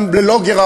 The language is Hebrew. גם בלי גירעון,